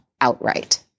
outright